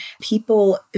People